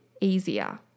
easier